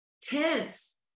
Tense